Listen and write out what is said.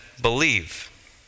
believe